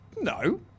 No